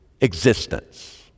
existence